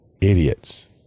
idiots